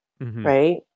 Right